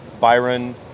Byron